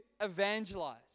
evangelize